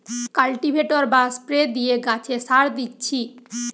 cultivator বা spray দিয়ে গাছে সার দিচ্ছি